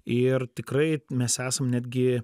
ir tikrai mes esam netgi